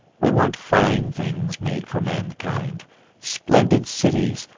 we want fine things made for mankind splendid cities,